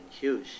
huge